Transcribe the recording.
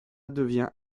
devient